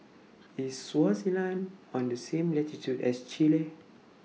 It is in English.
IS Swaziland on The same latitude as Chile